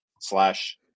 slash